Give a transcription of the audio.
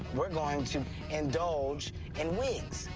we're going to indulge in wigs.